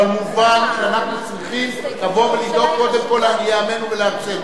אבל מובן שאנחנו צריכים לבוא ולדאוג קודם כול לעניי עמנו ולעצמנו.